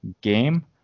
game